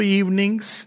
evenings